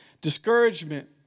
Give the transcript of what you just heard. discouragement